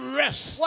rest